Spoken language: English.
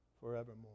forevermore